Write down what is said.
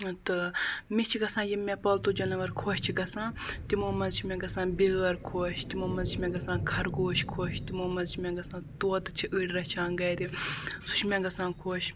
تہٕ مےٚ چھِ گژھان یِم مےٚ پالتوٗ جاناوَر خۄش چھِ گژھان تِمو منٛز چھِ مےٚ گژھان بیٛٲر خۄش تِمو منٛز چھِ مےٚ گژھان خرگوش خۄش تِمو منٛز چھِ مےٚ گژھان طۄطہٕ چھِ أڑۍ رَچھان گَرِ سُہ چھُ مےٚ گژھان خۄش